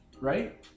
Right